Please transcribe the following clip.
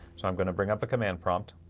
so i'm going to bring up a command prompt